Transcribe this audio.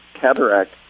cataract